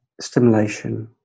stimulation